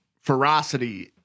ferocity